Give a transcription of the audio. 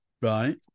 right